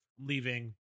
Leaving